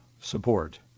support